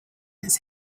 his